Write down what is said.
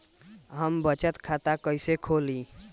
हम बचत खाता कईसे खोली?